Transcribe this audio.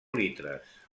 litres